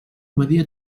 badia